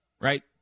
right